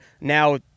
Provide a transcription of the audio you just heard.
now